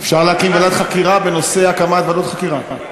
אפשר להקים ועדת חקירה בנושא הקמת ועדות חקירה.